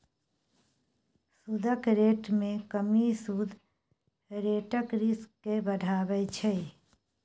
सुदक रेट मे कमी सुद रेटक रिस्क केँ बढ़ाबै छै